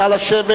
נא לשבת.